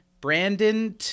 brandon